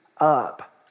up